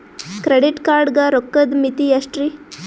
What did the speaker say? Credit card ಗ ರೋಕ್ಕದ್ ಮಿತಿ ಎಷ್ಟ್ರಿ?